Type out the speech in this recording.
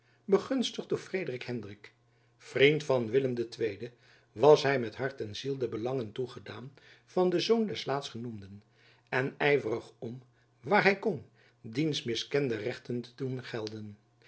begunstigd door frederik hendrik vriend van wiljacob van lennep elizabeth musch lem ii was hy met hart en ziel den belangen toegedaan van den zoon des laatstgenoemden en yverig om waar hy kon diens miskende rechten te doen gelden